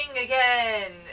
again